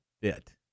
fit